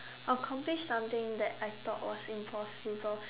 accomplish something that I thought was impossible